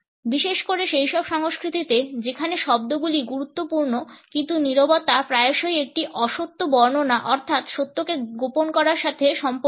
বিশেষ করে সেইসব সংস্কৃতিতে যেখানে শব্দগুলি গুরুত্বপূর্ণ কিন্তু নীরবতা প্রায়শই একটি অসত্য বর্ণনা অর্থাৎ সত্যকে গোপন করার সাথে সম্পর্কিত